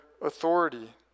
authority